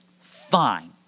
Fine